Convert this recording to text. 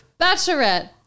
bachelorette